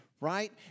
Right